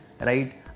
right